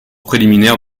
préliminaire